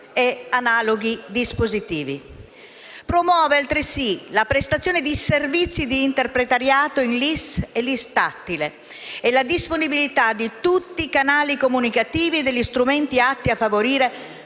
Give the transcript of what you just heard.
e analoghi dispositivi. Promuove altresì la prestazione di servizi d'interpretariato in LIS e LIS tattile e la disponibilità di tutti i canali comunicativi e degli strumenti atti a favorire